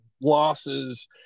losses